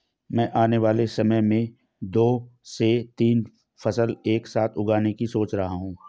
मैं आने वाले समय में दो से तीन फसल एक साथ उगाने की सोच रहा हूं